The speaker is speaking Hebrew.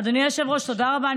אדוני היושב-ראש, תודה רבה.